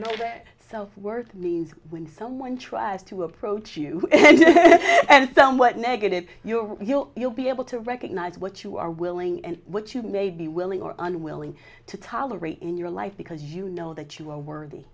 know that self worth means when someone tries to approach you and somewhat negative you are you know you'll be able to recognize what you are willing and what you may be willing or unwilling to tolerate in your life because you know that you are worthy